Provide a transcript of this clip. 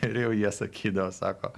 ir jau jie sakydavo sako